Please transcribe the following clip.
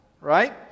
right